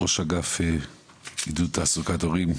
ראש אגף עידוד תעסוקת הורים,